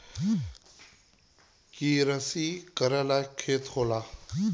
किरसी करे लायक खेत होला